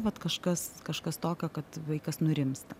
vat kažkas kažkas tokio kad vaikas nurimsta